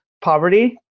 poverty